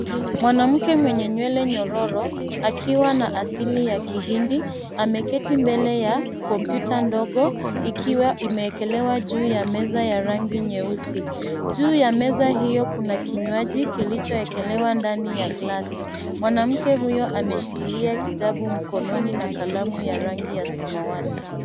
Mwanamke mwenye nywele nyororo akiwa na asili ya Kihindi ameketi mbele ya kompyuta ndogo ikiwa imewekelewa juu ya meza ya rangi nyeusi. Juu ya meza hio kuna kinywaji kilichowekwa ndani ya glasi. Mwanamke huyo ameshikilia kitabu mkononi na kalamu ya rangi ya samawati.